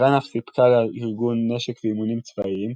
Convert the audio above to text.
איראן אף סיפקה לארגון נשק ואימונים צבאיים,